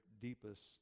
deepest